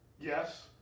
Yes